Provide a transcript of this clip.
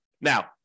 Now